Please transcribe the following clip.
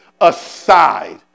aside